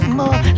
more